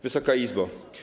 Wysoka Izbo!